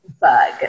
bug